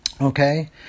Okay